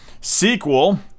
sequel